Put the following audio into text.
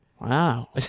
Wow